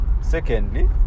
secondly